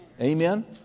Amen